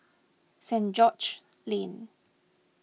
Saint George's Lane